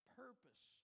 purpose